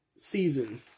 Season